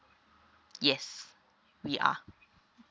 yes we are